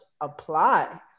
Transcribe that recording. apply